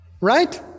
Right